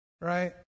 Right